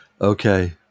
Okay